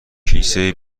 کیسه